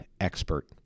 expert